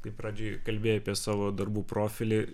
kaip pradžioj kalbėjai apie savo darbų profilį